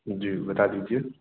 जी बता दीजिए